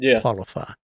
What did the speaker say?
qualify